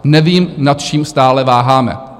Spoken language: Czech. Nevím, nad čím stále váháme.